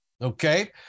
okay